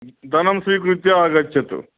धनं स्वीकृत्य आगच्छतु